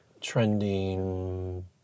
Trending